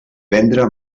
vendre